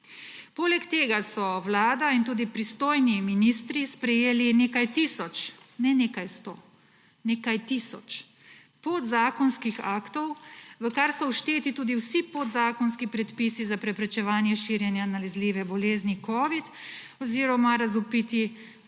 Poleg tega so Vlada in tudi pristojni ministri sprejeli nekaj tisoč, ne nekaj sto, nekaj tisoč podzakonskih aktov, v kar so všteti tudi vsi podzakonski predpisi za preprečevanje širjenja nalezljive bolezni covid oziroma razvpiti protiustavni